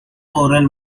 choral